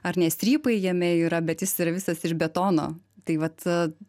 ar ne strypai jame yra bet jis yra visas iš betono tai vat